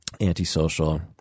antisocial